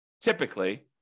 typically